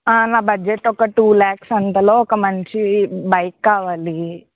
నా బడ్జెట్ ఒక టూ ల్యాక్స్ అంతలో ఒక మంచి బైక్ కావాలి